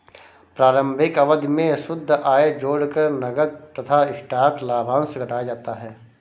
प्रारंभिक अवधि में शुद्ध आय जोड़कर नकद तथा स्टॉक लाभांश घटाया जाता है